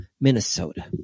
Minnesota